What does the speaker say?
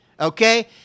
Okay